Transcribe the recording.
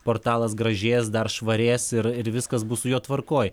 portalas gražės dar švarės ir ir viskas bus su juo tvarkoj